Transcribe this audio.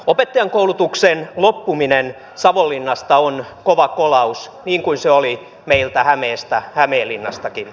opettajankoulutuksen loppuminen savonlinnasta on kova kolaus niin kuin se oli meiltä hämeestä hämeenlinnastakin